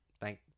thank